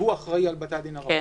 שהוא האחראי על בתי הדין הרבניים,